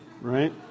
Right